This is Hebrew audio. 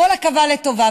כל עכבה לטובה,